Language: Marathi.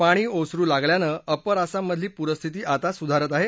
पाणी ओसरू लागल्यानं अपर असममधली पूरस्थिती आता सुधारत आहे